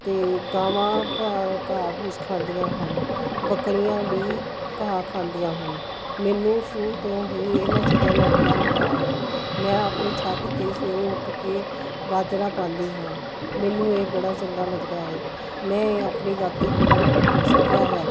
ਅਤੇ ਗਾਵਾਂ ਘਾ ਘਾਹ ਫੂਸ ਖਾਂਦੀਆਂ ਹਨ ਬੱਕਰੀਆਂ ਵੀ ਘਾਹ ਖਾਂਦੀਆਂ ਹਨ ਮੈਨੂੰ ਸ਼ੁਰੂ ਤੋਂ ਹੀ ਇਹਨਾਂ ਚੀਜ਼ਾਂ ਦਾ ਬੜਾ ਲਗਾਵ ਹੈ ਮੈਂ ਆਪਣੀ ਛੱਤ 'ਤੇ ਸਵੇਰੇ ਉੱਠ ਕੇ ਬਾਜਰਾ ਪਾਉਂਦੀ ਹਾਂ ਮੈਨੂੰ ਇਹ ਬੜਾ ਚੰਗਾ ਲੱਗਦਾ ਹੈ ਮੈਂ ਇਹ ਆਪਣੀ ਦਾਦੀ ਕੋਲੋਂ ਸਿੱਖਿਆ ਹੈ